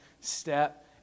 step